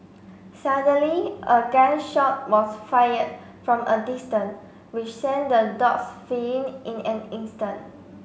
suddenly a gun shot was fired from a distance which sent the dogs fleeing in an instant